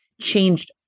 changed